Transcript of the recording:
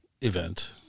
event